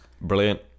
brilliant